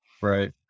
Right